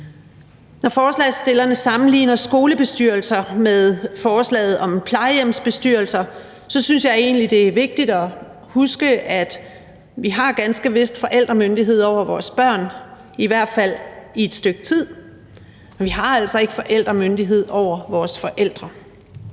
Når forslagsstillerne sammenligner skolebestyrelser med forslaget om plejehjemsbestyrelser, synes jeg egentlig, det er vigtigt at huske, at vi ganske vist har forældremyndighed over vores børn, i hvert fald i et stykke tid, men vi har altså ikke forældremyndighed over vores forældre.